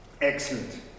Excellent